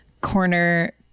corner